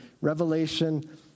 revelation